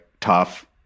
tough